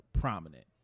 prominent